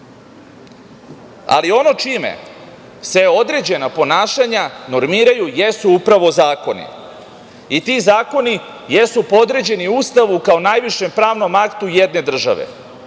ono čime se određena ponašanja normiraju jesu upravo zakoni. I ti zakoni jesu podređeni Ustavu, kao najvišem pravnom aktu jedne države.